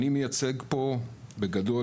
בגדול,